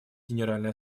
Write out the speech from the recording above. генеральной